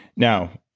now,